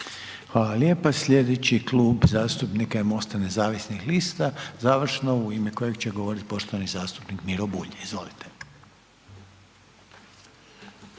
Hvala lijepa. Slijedeći Klub zastupnika je MOST-a nezavisnih lista, završno u ime kojeg će govoriti poštovani zastupnik Miro Bulj, izvolite.